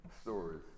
stories